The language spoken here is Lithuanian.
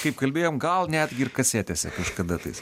kaip kalbėjom gal netgi ir kasetėse kažkada tais